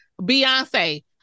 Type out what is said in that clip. Beyonce